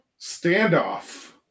Standoff